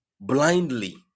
blindly